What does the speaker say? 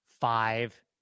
five